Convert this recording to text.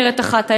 אומרת אחת הילדות.